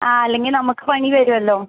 ആ അല്ലെങ്കിൽ നമ്മൾക്ക് പണി വരുമല്ലോ